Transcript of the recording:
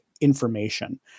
information